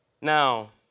Now